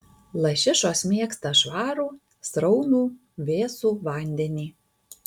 lašišos mėgsta švarų sraunų vėsų vandenį